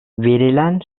verilen